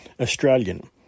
Australian